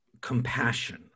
compassion